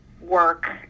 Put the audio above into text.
work